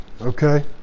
okay